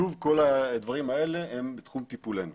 שוב, כול הדברים האלה הם בתחום טיפולנו.